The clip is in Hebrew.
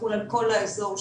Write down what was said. ויחול על כל האזור שטווח.